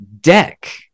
deck